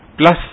Plus